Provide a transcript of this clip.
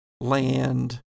land